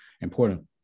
important